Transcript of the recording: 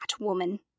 woman